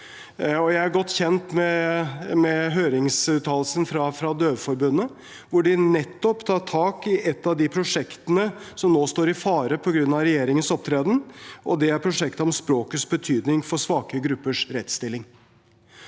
Jeg er godt kjent med høringsuttalelsen fra Døveforbundet, hvor de nettopp tar tak i et av de prosjektene som nå står i fare på grunn av regjeringens opptreden, og det er prosjektet om språkets betydning for svake gruppers rettsstilling.